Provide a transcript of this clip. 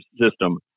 system